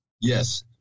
Yes